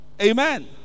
amen